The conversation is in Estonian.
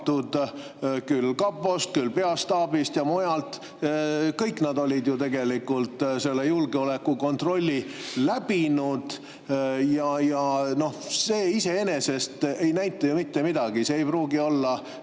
küll kapost, küll peastaabist ja mujalt, olid selle julgeolekukontrolli läbinud. See iseenesest ei näita ju mitte midagi. See ei pruugi olla